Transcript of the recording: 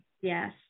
yes